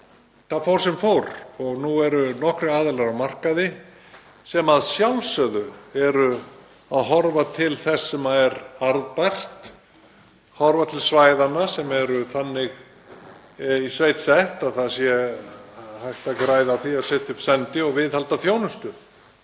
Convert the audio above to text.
svo fór sem fór og nú eru nokkrir aðilar á markaði sem horfa að sjálfsögðu til þess sem er arðbært, horfa til svæðanna sem eru þannig í sveit sett að hægt sé að græða á því að setja upp sendi og viðhalda þjónustu.